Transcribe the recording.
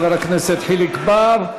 חבר הכנסת חיליק בר.